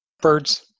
Birds